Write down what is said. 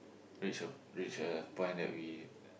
reach a reach a point that we